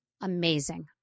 amazing